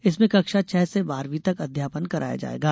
इसमें कक्षा छह से बारहवी तक अध्यापन कराया जाएगा